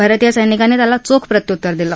भारतीय सैनिकांनी त्यांना चोख प्रत्युत्तर दिलं